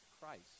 Christ